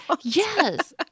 Yes